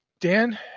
Dan